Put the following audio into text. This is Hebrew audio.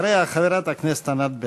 אחריה, חברת הכנסת ענת ברקו.